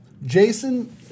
Jason